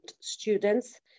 students